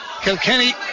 Kilkenny